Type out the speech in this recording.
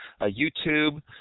YouTube